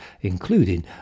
including